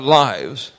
lives